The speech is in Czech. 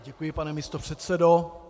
Děkuji, pane místopředsedo.